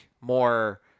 more